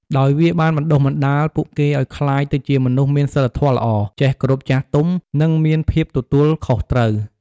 ដោយវាបានបណ្ដុះបណ្ដាលពួកគេឲ្យក្លាយទៅជាមនុស្សមានសីលធម៌ល្អ ចេះគោរពចាស់ទុំ និងមានភាពទទួលខុសត្រូវ។